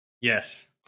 Yes